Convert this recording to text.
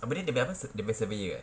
apa dia dia punya apa dia punya surveyor ah